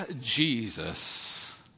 Jesus